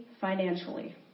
financially